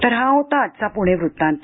तर हा होता आजचा पुणे वृत्तांत